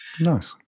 Nice